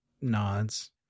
nods